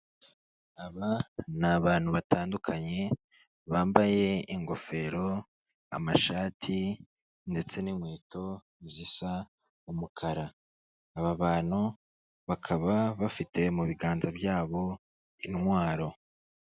Aba ni abantu batandukanye bambaye ingofero, amashati, ndetse n'inkweto zisa umukara aba bantu bakaba bafite mu biganza byabo intwaro.